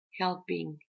Helping